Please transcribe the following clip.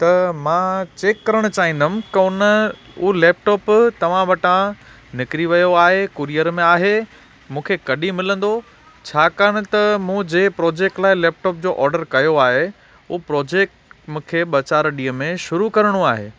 त मां चैक करणु चाहींदुमि की उन उहो लैपटॉप तव्हां वटां निकिरी वियो आहे कुरीअर में आहे मूंखे कॾहिं मिलंदो छाकाणि त मूं जंहिं प्रोजेक्ट लाइ लैपटॉप जो ऑडर कयो आहे उहा प्रोजेक्ट मूंखे ॿ चारि ॾींहं में शुरू करिणो आहे